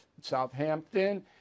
Southampton